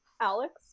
Alex